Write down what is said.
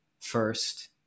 first